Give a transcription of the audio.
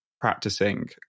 practicing